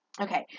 Okay